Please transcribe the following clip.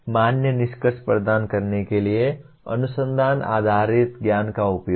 मान्य निष्कर्ष प्रदान करने के लिए अनुसंधान आधारित ज्ञान का उपयोग